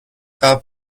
قبل